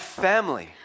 family